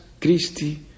Christi